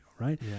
Right